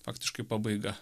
praktiškai pabaiga